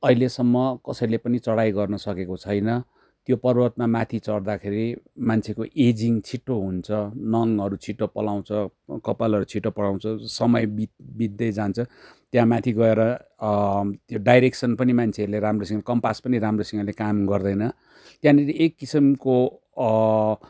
अहिलेसम्म कसैले पनि चढाइ गर्न सकेको छैन त्यो पर्वतमा माथि चढ्दाखेरि मान्छेको एजिङ छिट्टो हुन्छ नङहरू छिट्टो पलाउँछ कपालहरू छिट्टो पलाउँछ समय बित बित्दै जान्छ त्यहाँ माथि गएर यो डाइरेक्सन पनि मान्छेहरूले राम्रोसँग कम्पास पनि राम्रोसँगले काम गर्दैन त्यहाँनिर एक किसिमको